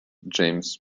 james